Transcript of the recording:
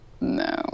no